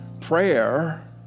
Prayer